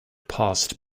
passed